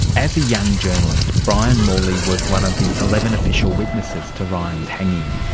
as a young journalist, brian morley was one of the eleven official witnesses to ryan's hanging.